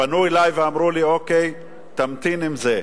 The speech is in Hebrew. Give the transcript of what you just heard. פנו אלי ואמרו לי: אוקיי, תמתין עם זה.